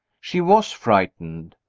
she was frightened.